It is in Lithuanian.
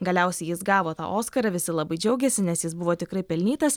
galiausiai jis gavo tą oskarą visi labai džiaugėsi nes jis buvo tikrai pelnytas